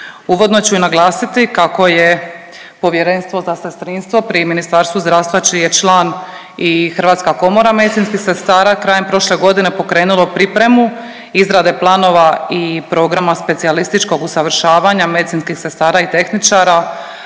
Uvodno ću i naglasiti kako je Povjerenstvo za sestrinstvo pri Ministarstvu zdravstva čiji je član i Hrvatska komora medicinskih sestara krajem prošle godine pokrenulo pripremu izrade planova i programa specijalističkog usavršavanja medicinskih sestara i tehničara.